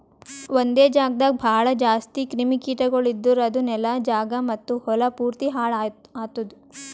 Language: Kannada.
ಒಂದೆ ಜಾಗದಾಗ್ ಭಾಳ ಜಾಸ್ತಿ ಕ್ರಿಮಿ ಕೀಟಗೊಳ್ ಇದ್ದುರ್ ಅದು ನೆಲ, ಜಾಗ ಮತ್ತ ಹೊಲಾ ಪೂರ್ತಿ ಹಾಳ್ ಆತ್ತುದ್